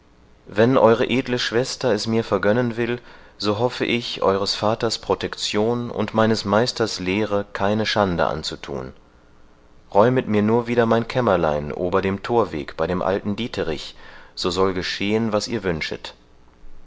wenn eure edle schwester es mir vergönnen will so hoffe ich eueres vaters protection und meines meisters lehre keine schande anzuthun räumet mir nur wieder mein kämmerlein ober dem thorweg bei dem alten dieterich so soll geschehen was ihr wünschet